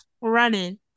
running